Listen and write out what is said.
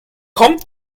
kommt